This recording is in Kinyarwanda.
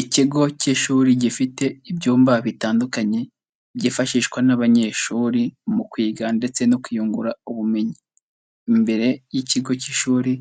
Ikigo cy'ishuri gifite ibyumba bitandukanye byifashishwa n'abanyeshuri mu kwiga ndetse no kwiyungura ubumenyi, imbere y'ikigo cy'ishuri